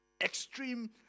extreme